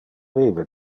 vive